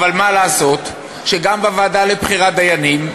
אבל מה לעשות שגם בוועדה לבחירת דיינים,